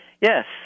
Yes